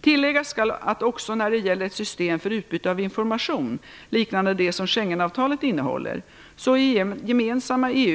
Tilläggas skall att också när det gäller ett system för utbyte av information - liknande det som